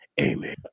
Amen